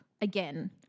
again